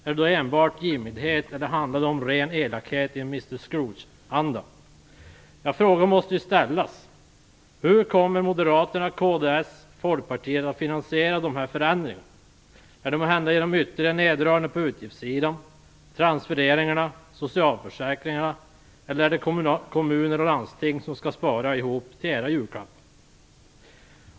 Är det då enbart givmildhet, eller handlar det om ren elakhet i Mr Scrooge-anda? Frågan måste ställas. Hur kommer Moderaterna, kds och Folkpartiet att finansiera dessa förändringar? Är det måhända genom ytterligare neddragningar på utgiftssidan - transfereringar och socialförsäkringar - eller är det kommuner och landsting som skall spara ihop till era julklappar?